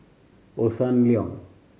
Hossan Leong